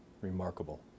remarkable